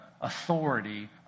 authority